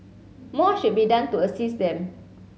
more should be done to assist them